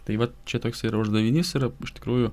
tai vat čia toks ir uždavinys yra iš tikrųjų